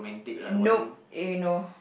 nope eh no